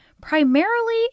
primarily